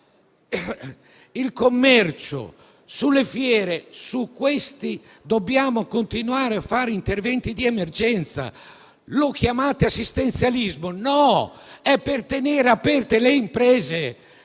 sul commercio, sulle fiere, su questi servizi dobbiamo continuare a fare interventi di emergenza. Lo chiamate assistenzialismo? No. Essi sono mirati a tenere aperte le imprese,